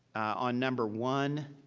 on number one,